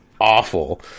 awful